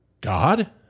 God